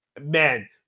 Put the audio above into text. man